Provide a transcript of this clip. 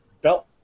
belt